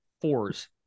fours